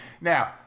Now